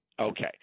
Okay